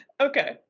okay